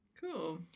cool